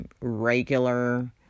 regular